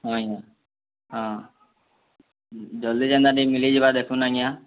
ହଁ ଆଜ୍ଞା ହଁ ଜଲ୍ଦି ଯେନ୍ତା ଟିକେ ମିଲିଯିବା ଦେଖୁନ୍ ଆଜ୍ଞା